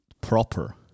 proper